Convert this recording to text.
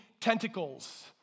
Tentacles